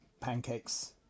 pancakes